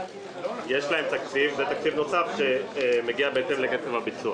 שינוי נוסף הוא תקצוב 600 אלפי ₪ בהוצאה עבור הוצאות מחשוב.